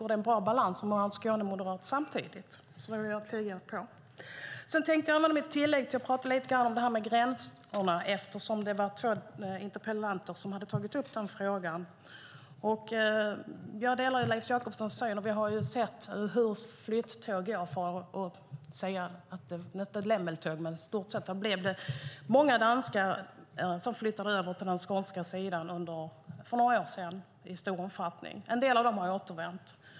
Det är en bra balans när man samtidigt har en Skånemoderat. Jag tänkte tala lite om gränserna eftersom två interpellanter har tagit upp denna fråga. Jag delar Leif Jakobssons syn, och vi såg ju att många danskar flyttade över till den skånska sidan för några år sedan. En del av dem har återvänt.